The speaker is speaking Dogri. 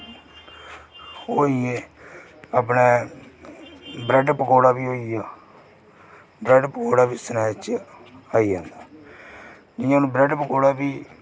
ओह् होइये अपने ब्रैड पकौड़ा बी होइया ब्रैड पकौड़ा बी स्नैक्स बिच आइया जि'यां हून ब्रैड पकौड़ा बी